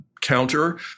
counter